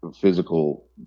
physical